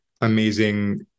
amazing